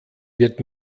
wird